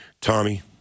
Tommy